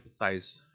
empathize